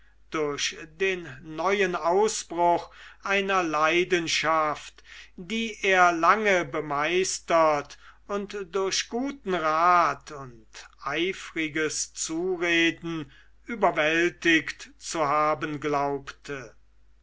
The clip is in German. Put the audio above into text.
durch den neuen ausbruch einer leidenschaft die er lange bemeistert und durch guten rat und eifriges zureden überwältigt zu haben glaubte